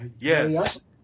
Yes